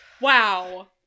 Wow